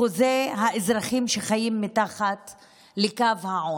באחוזי האזרחים שחיים מתחת לקו העוני,